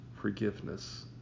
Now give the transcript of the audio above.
forgiveness